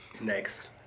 next